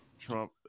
Trump